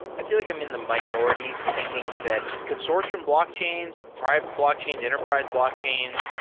i feel like i'm in the minority thinking that consortium blockchains, private blockchains, enterprise blockchains,